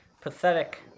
pathetic